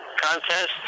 contest